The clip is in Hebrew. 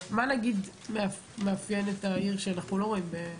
מה מאפיין את העיר שאנחנו לא רואים?